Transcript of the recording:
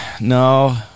No